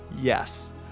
Yes